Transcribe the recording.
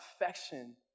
affection